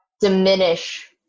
diminish